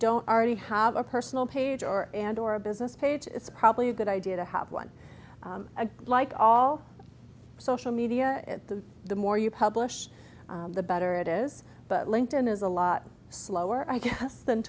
don't already have a personal page or and or a business page it's probably a good idea to have one and like all social media the the more you publish the better it is but linked in is a lot slower i guess than